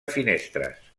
finestres